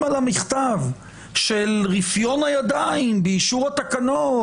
על המכתב של רפיון הידיים באישור התקנות,